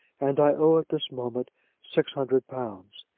and i owe at this moment six hundred pounds.